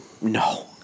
No